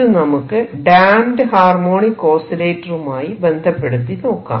ഇത് നമുക്ക് damped harmonic ഓസിലേറ്ററുമായി ബന്ധപ്പെടുത്തി നോക്കാം